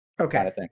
Okay